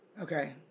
Okay